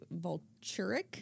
vulturic